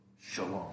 shalom